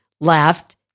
left